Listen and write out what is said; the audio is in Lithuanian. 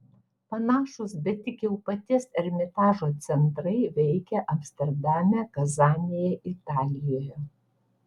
panašūs bet tik jau paties ermitažo centrai veikia amsterdame kazanėje italijoje